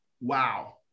Wow